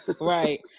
Right